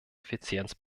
effizienz